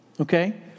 okay